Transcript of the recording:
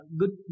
good